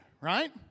right